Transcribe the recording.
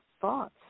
thoughts